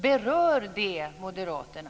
Berör det moderaterna?